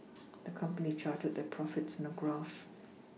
the company charted their profits in a graph